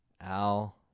Al